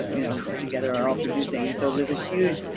um you know, but together are all producing, and so there's a huge